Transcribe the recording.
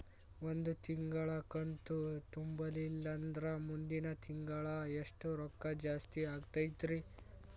ಒಂದು ತಿಂಗಳಾ ಕಂತು ತುಂಬಲಿಲ್ಲಂದ್ರ ಮುಂದಿನ ತಿಂಗಳಾ ಎಷ್ಟ ರೊಕ್ಕ ಜಾಸ್ತಿ ಆಗತೈತ್ರಿ?